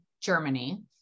Germany